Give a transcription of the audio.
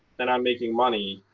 then i'm making money.